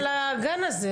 מי אחראי על הגן הזה?